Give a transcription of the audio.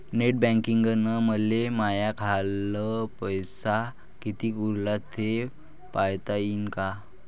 Net बँकिंगनं मले माह्या खाल्ल पैसा कितीक उरला थे पायता यीन काय?